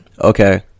okay